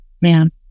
man